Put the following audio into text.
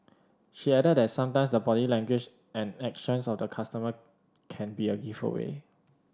she added that sometime the body language and actions of the customer can be a giveaway